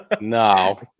No